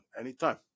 Anytime